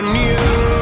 new